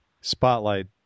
Spotlight